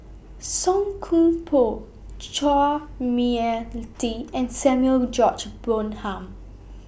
Song Koon Poh Chua Mia Tee and Samuel George Bonham